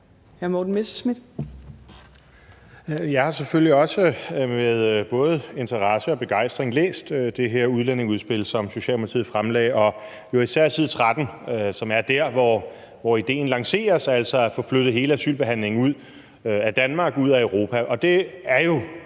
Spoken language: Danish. Jeg har selvfølgelig også med både interesse og begejstring læst det her udlændingeudspil, som Socialdemokratiet fremlagde, og det var især side 13, som er der, hvor ideen om at flytte hele asylbehandlingen ud af Danmark, ud af Europa, lanceres. Og det er jo